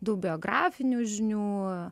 daug biografinių žinių